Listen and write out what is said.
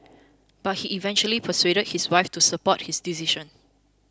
but he eventually persuaded his wife to support his decision